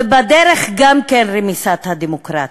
ובדרך גם רמיסת הדמוקרטיה,